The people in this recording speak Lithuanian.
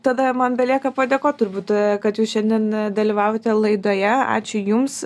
tada man belieka padėkot turbūt kad jūs šiandien dalyvote laidoje ačiū jums